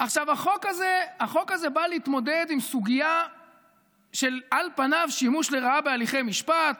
החוק הזה בא להתמודד עם סוגיה של על פניו שימוש לרעה בהליכי משפט,